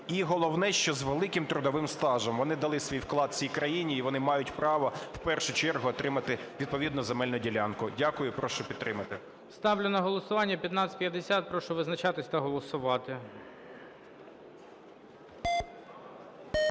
і головне, що з великим трудовим стажем. Вони дали свій вклад цій країні і вони мають право в першу чергу отримати відповідну земельну ділянку. Дякую. І прошу підтримати. ГОЛОВУЮЧИЙ. Ставлю на голосування 1550. Прошу визначатись та голосувати.